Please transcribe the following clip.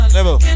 Level